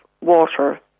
water